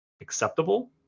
acceptable